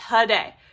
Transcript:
today